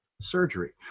surgery